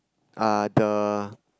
uh the